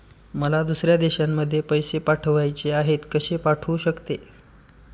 मला दुसऱ्या देशामध्ये पैसे पाठवायचे आहेत कसे पाठवू शकते?